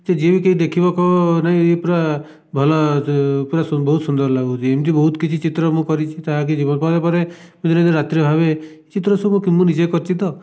କି ଯିଏ କେହି ଦେଖିବ କହିବ ନାହିଁ ପୁରା ଭଲ ପୁରା ବହୁତ ସୁନ୍ଦର ଲାଗୁଛି ଏମିତି ବହୁତ କିଛି ଚିତ୍ର ମୁଁ କରିଛି ଯାହାକି ହୋଇସାରିବା ପରେ ଦିନେ ଦିନେ ରାତିରେ ଭାବେ ଚିତ୍ର ସବୁ ମୁଁ ନିଜେ କରିଛି ତ